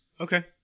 Okay